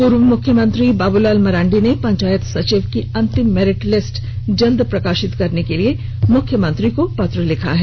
पूर्व मुख्य मंत्री बाबूलाल मरांडी ने पंचायत सचिव की अंतिम मेरिट लिस्ट जल्द प्रकाशित करने के लिए मुख्यमंत्री हेमन्त सोरेन को पत्र लिखा है